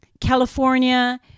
California